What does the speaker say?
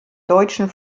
deutschen